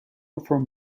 firm